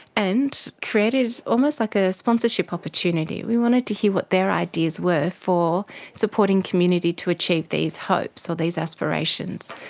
and created almost like a sponsorship opportunity. we wanted to hear what their ideas were for supporting community to achieve these hopes or so these aspirations.